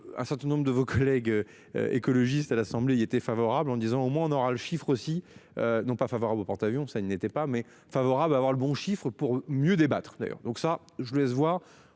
un certain nombre de vos collègues. Écologistes à l'Assemblée il y était favorable en disant au moins on aura le chiffre aussi non pas favorable au porte-avions ça il n'était pas mais favorable à avoir le bon chiffre pour mieux débattre d'ailleurs donc ça je laisse voir